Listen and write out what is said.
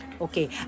Okay